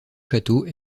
château